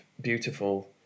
beautiful